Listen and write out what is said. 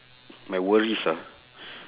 my worries ah